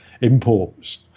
imports